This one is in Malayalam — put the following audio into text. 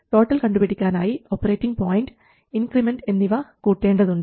ടോട്ടൽ കണ്ടുപിടിക്കാനായി ഓപ്പറേറ്റിങ് പോയിൻറ് ഇൻക്രിമെൻറ് എന്നിവ കൂട്ടേണ്ടതുണ്ട്